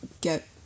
get